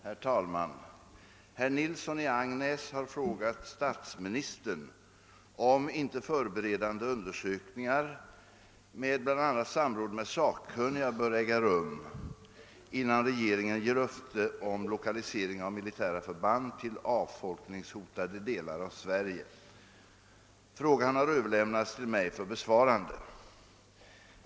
Herr talman! Herr Nilsson i Agnäs har frågat statsministern om inte förberedande undersökningar med bl.a. samråd med sakkunniga bör äga rum innan regeringen ger löfte om lokalisering av militära förband till avfolkningshotade delar av Sverige. Frågan har överlämnats till mig för besvarande.